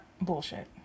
bullshit